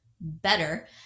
better